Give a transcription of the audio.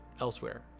elsewhere